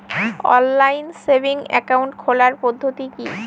Online savings account খোলার পদ্ধতি কি?